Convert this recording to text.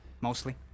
mostly